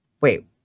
Wait